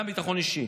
וגם ביטחון אישי,